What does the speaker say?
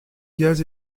gaz